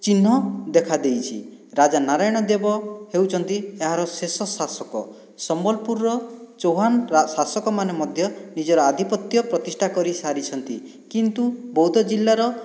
ଚିହ୍ନ ଦେଖାଦେଇଛି ରାଜା ନାରାୟଣ ଦେବ ହେଉଛନ୍ତି ଏହାର ଶେଷ ଶାସକ ସମ୍ବଲପୁରର ଚୌହାନ ଶାସକମାନେ ମଧ୍ୟ ନିଜର ଆଧିପତ୍ୟ ପ୍ରତିଷ୍ଠା କରି ସାରିଛନ୍ତି କିନ୍ତୁ ବଉଦ ଜିଲ୍ଲାର